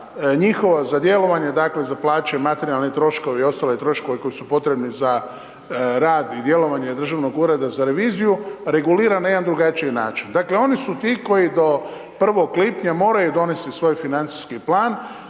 njihova za djelovanje, dakle, za plaće, materijalni troškovi i ostali troškovi koji su potrebni za rad i djelovanje Dražavnog ureda za reviziju, reguliran na jedan drugačiji način. Dakle, oni su ti koji do 1. lipnja moraju donesti svoj financijski plan,